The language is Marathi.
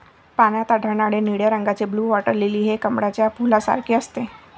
पाण्यात आढळणारे निळ्या रंगाचे ब्लू वॉटर लिली हे कमळाच्या फुलासारखे असते